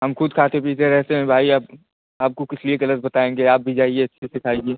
हम खुद खाते पीते रहते हैं भाई अब आपको किस लिए गलत बताएँगे आप भी जाइए अच्छे से खाइए